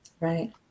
Right